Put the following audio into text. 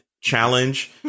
challenge